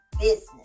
business